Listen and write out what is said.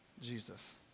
Jesus